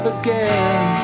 again